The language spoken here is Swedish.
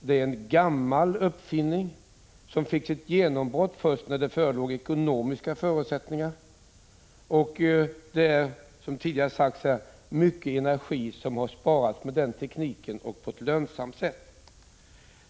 Det är en gammal uppfinning, som fick sitt genombrott först när det förelåg ekonomiska förutsättningar. Det är, som tidigare sagts här, mycket energi som med den tekniken sparats på ett lönsamt sätt.